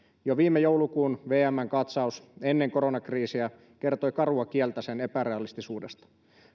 jo viime joulukuun vmn katsaus ennen koronakriisiä kertoi karua kieltä sen epärealistisuudesta